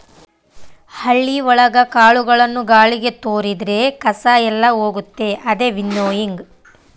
ಹಳ್ಳಿ ಒಳಗ ಕಾಳುಗಳನ್ನು ಗಾಳಿಗೆ ತೋರಿದ್ರೆ ಕಸ ಎಲ್ಲ ಹೋಗುತ್ತೆ ಅದೇ ವಿನ್ನೋಯಿಂಗ್